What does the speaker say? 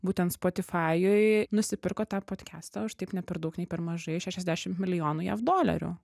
būtent spotifajuj nusipirko tą podkestą už tiek ne per daug nei per mažai šešiasdešimt milijonų jav dolerių